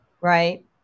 right